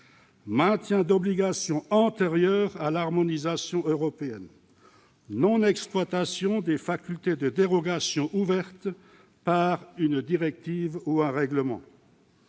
maintien d'obligations antérieures à l'harmonisation européenne et non-exploitation des facultés de dérogation ouvertes par une directive ou un règlement.